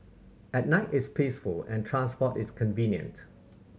at night it's peaceful and transport is convenient